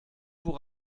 vous